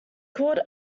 called